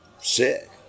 sick